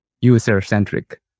user-centric